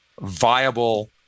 viable